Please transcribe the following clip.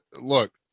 look